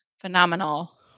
phenomenal